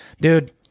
Dude